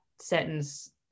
sentence